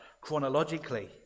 chronologically